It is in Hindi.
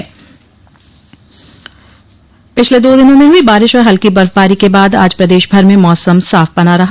मौसम पिछले दो दिनों में हुई बारिश और हल्की बर्फबारी के बाद आज प्रदेशभर में मौसम साफ बना रहा